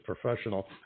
professional